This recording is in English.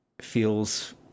feels